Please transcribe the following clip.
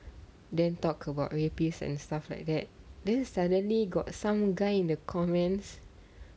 then talk about rapists and stuff like that then suddenly got some guy in the comments